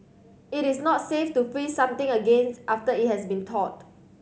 it is not safe to freeze something again after it has been thawed